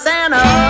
Santa